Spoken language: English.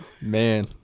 Man